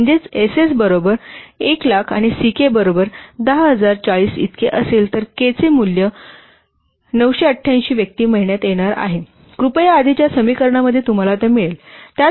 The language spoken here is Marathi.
म्हणजेच Ss बरोबर 100000 आणि Ck बरोबर 10040 इतके असेल तर K चे मूल्य 988 व्यक्ती महिन्यात येणार आहे कृपया आधीच्या समीकरणामध्ये तुम्हाला ती मिळेल